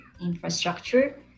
infrastructure